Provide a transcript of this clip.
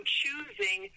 choosing